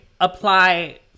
apply